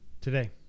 today